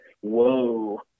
whoa